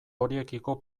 horiekiko